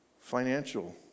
Financial